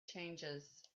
changes